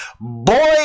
Boy